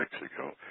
Mexico